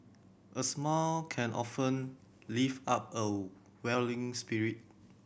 a smile can often lift up a weary spirit